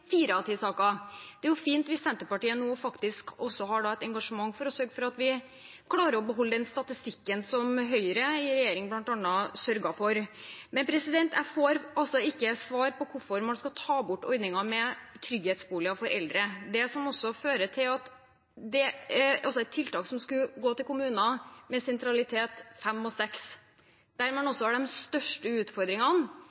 fire av ti saker. Det er fint hvis Senterpartiet nå faktisk har et engasjement for å sørge for at man klarer å beholde den statistikken som bl.a. Høyre i regjering sørget for. Men jeg får altså ikke svar på hvorfor man skal ta bort ordningen med trygghetsboliger for eldre. Det er et tiltak som skulle gå til kommuner med sentralitetsklasse 5 og 6. Der man